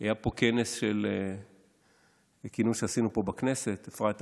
היה כינוס שעשינו פה בכנסת אפרת רייטן,